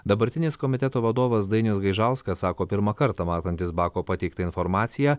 dabartinis komiteto vadovas dainius gaižauskas sako pirmą kartą matantis bako pateiktą informaciją